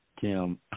Tim